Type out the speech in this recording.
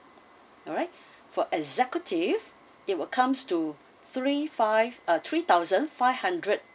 alright for executive it will comes to three five ah three thousand five hundred